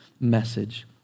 message